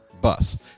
bus